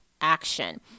action